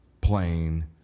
plain